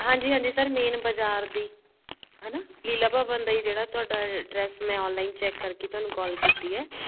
ਹਾਂਜੀ ਹਾਂਜੀ sir main ਬਾਜ਼ਾਰ ਦੀ ਹੈ ਨਾ ਲੀਲਾ ਭਵਨ ਦਾ ਹੀ ਜਿਹੜਾ ਤੁਹਾਡਾ ਐਡਰੈਸ ਮੈਂ ਔਨਲਾਈਨ ਚੈੱਕ ਕਰਕੇ ਤੁਹਾਨੂੰ ਕਾਲ ਕੀਤੀ ਹੈ